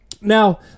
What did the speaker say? Now